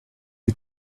you